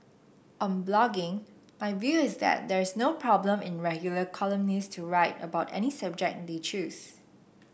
on blogging my view is that there is no problem in regular columnists to write about any subject they choose